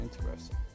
Interesting